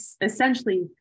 essentially